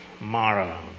Mara